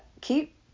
keep